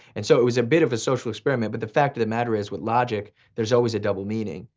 and so it was a bit of a social experiment. but the fact of the matter is, with logic, there's always a double meaning.